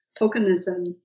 tokenism